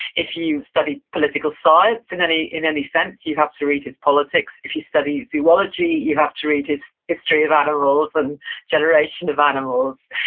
if you study political science in any in any sense you have to read his politics. if you study zoology, you have to read his history of animals, and generation of animals.